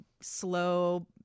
slow